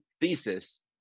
thesis